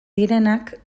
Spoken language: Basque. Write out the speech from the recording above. direnak